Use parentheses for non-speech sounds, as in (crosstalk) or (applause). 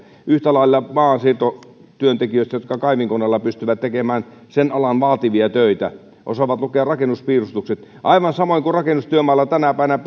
yhtä lailla maansiirtotyöntekijöistä jotka kaivinkoneella pystyvät tekemään sen alan vaativia töitä ja jotka osaavat lukea rakennuspiirustukset aivan samoin rakennustyömailla tänä päivänä (unintelligible)